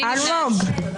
מי נמנע?